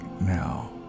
now